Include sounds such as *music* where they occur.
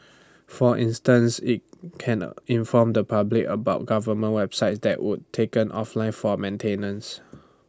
*noise* for instance IT can A inform the public about government websites that would taken offline for maintenance